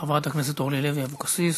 חברת הכנסת אורלי לוי אבקסיס.